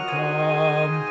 come